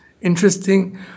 interesting